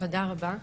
תודה רבה.